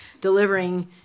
delivering